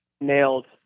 nailed